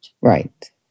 Right